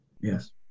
yes